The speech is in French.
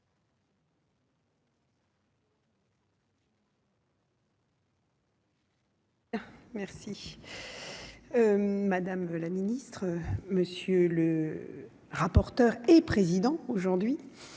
Merci madame la ministre, monsieur le rapporteur et président aujourd'hui,